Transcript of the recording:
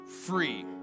free